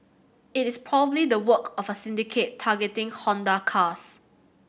it is probably the work of a syndicate targeting Honda cars